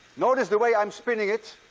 notice the way i'm spinning it.